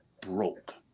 broke